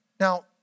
Now